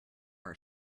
our